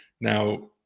now